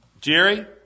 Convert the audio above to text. Jerry